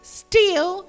steal